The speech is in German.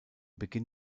beginn